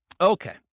Okay